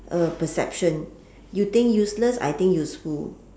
a perception you think useless I think useful